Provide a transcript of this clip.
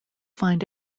find